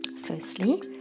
Firstly